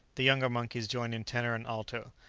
the younger monkeys join in tenor and alto,